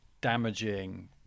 damaging